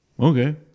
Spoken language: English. Okay